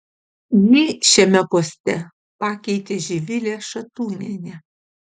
jį šiame poste pakeitė živilė šatūnienė